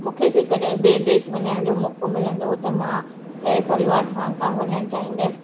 मुखे जेकॾहिं ॿिए देश वञण जो मौको मिलंदो त मां सह परिवार हॉंगकॉंग वञणु चाहींदसि